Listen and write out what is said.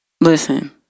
Listen